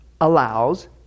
allows